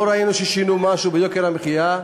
לא ראינו ששינו משהו ביוקר המחיה.